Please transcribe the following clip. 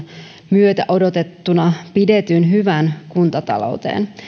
myötä odotettuna pidetyn hyvän kuntatalouteen